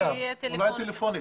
בטלפון.